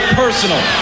personal